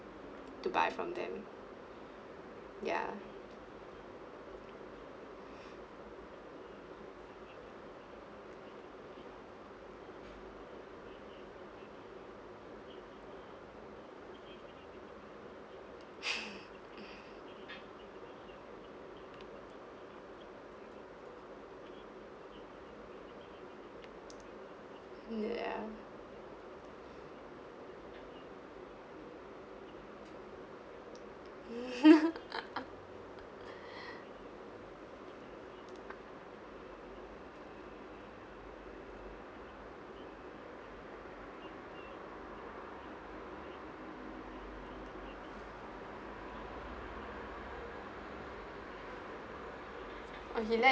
to buy from them ya ya or he let